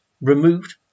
removed